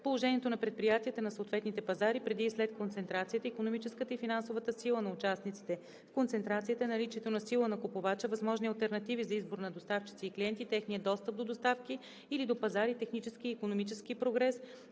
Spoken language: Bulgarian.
положението на предприятията на съответните пазари преди и след концентрацията, икономическата и финансовата сила на участниците в концентрацията, наличието на сила на купувача, възможни алтернативи за избор на доставчици и клиенти, техния достъп до доставки или до пазари, технически и икономически прогрес,